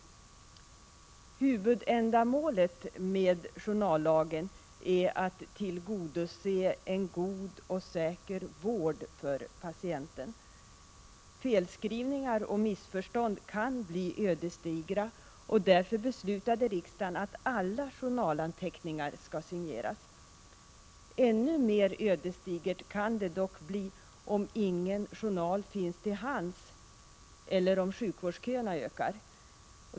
Huvudändamålet med journallagen är att tillgodose en god och säker vård för patienten. Felskrivningar och missförstånd kan bli ödesdigra, och därför beslutade riksdagen att alla journalanteckningar skall signeras. Ännu mer ödesdigert kan det dock bli om ingen journal finns till hands eller om sjukvårdsköerna ökar.